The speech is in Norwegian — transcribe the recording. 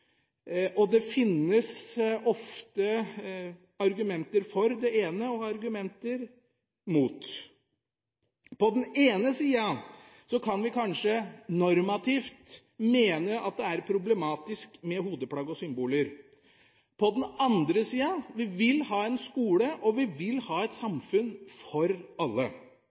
og det finnes ofte argumenter for og argumenter mot. På den ene siden kan vi kanskje normativt mene at det er problematisk med hodeplagg og symboler. På den andre siden vil vi ha en skole og et samfunn for alle.